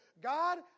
God